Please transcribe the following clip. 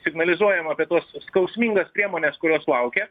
signalizuojama apie tuos skausmingas priemones kurios laukia